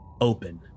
open